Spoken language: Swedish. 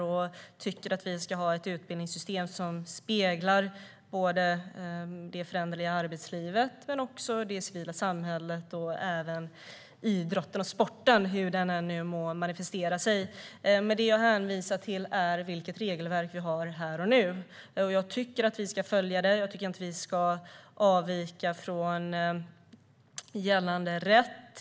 Jag tycker att vi ska ha ett utbildningssystem som speglar både det föränderliga arbetslivet och det civila samhället och även idrotten och sporten, hur den än manifesterar sig. Det jag hänvisar till är dock det regelverk vi har här och nu. Jag tycker att vi ska följa det. Jag tycker inte att vi ska avvika från gällande rätt.